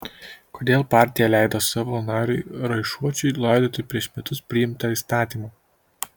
kodėl partija leido savo nariui raišuočiui laidoti prieš metus priimtą įstatymą